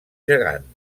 gegant